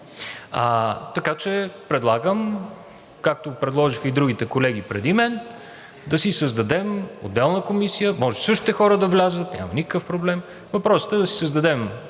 Така че предлагам, както предложиха и другите колеги преди мен, да си създадем отделна комисия, може същите хора да влязат, никакъв проблем, въпросът е да си създадем